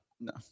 No